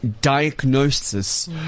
Diagnosis